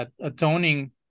atoning